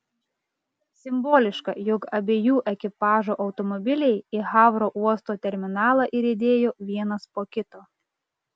simboliška jog abiejų ekipažų automobiliai į havro uosto terminalą įriedėjo vienas po kito